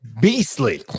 beastly